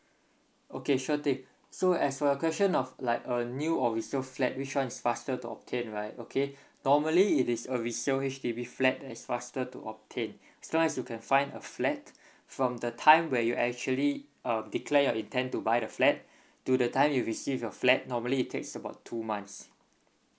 okay sure thing so as for question of like a new or resale flat which one's faster to obtain right okay normally it is a resale H_D_B flat is faster to obtain otherwise you can find a flat from the time where you actually um declare your intend to buy the flat to the time you receive your flat normally it takes about two months